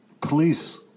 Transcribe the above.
police